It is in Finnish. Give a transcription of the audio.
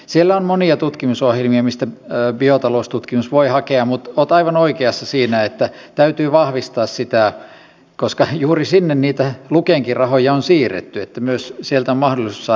siellä on monia tutkimusohjelmia mistä biotaloustutkimus voi hakea mutta olet aivan oikeassa siinä että täytyy vahvistaa sitä koska juuri sinne niitä lukenkin rahoja on siirretty että sieltä myös on mahdollisuus saada takaisin